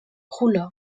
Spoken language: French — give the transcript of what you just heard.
roula